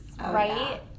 right